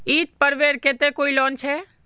ईद पर्वेर केते कोई लोन छे?